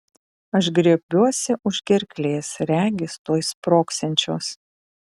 aš griebiuosi už gerklės regis tuoj sprogsiančios